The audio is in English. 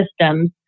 systems